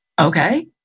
Okay